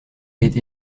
été